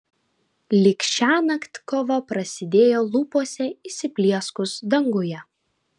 lyg šiąnakt kova prasidėjo lūpose įsiplieskus danguje